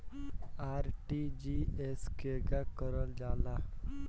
RTGS केगा करलऽ जाला?